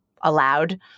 allowed